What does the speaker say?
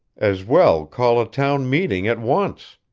as well call a town meeting at once.